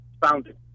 founded